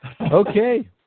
Okay